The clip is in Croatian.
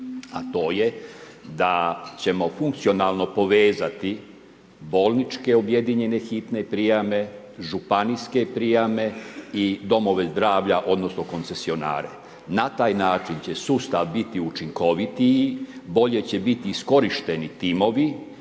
a to je da ćemo funkcionalno povezati bolničke objedinjene hitne prijame, županijske prijame i domove zdravlja odnosno koncesionare. Na taj način će sustav biti učinkovitiji, bolje će biti iskorišteni timovi